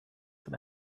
some